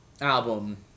album